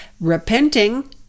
Repenting